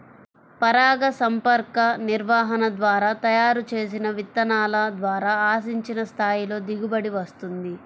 పరాగసంపర్క నిర్వహణ ద్వారా తయారు చేసిన విత్తనాల ద్వారా ఆశించిన స్థాయిలో దిగుబడి వస్తుంది